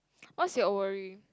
what's your worry